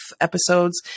episodes